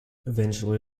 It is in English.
eventually